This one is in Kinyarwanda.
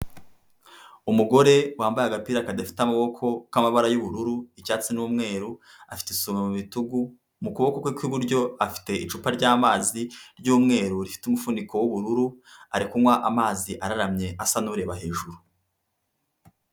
Umugore wambaye agapira kadafite amaboko k'amabara y'ubururu, icyatsi n'umweru, afite isume mu bitugu, mu kuboko kwe kw'iburyo afite icupa rya'mazi ry'umweru rifite umufuniko w'ubururu, ari kunywa amazi araramye asa n'ureba hejuru.